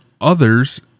others